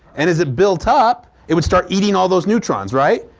and as it built up, it would start eating all those neutrons, right?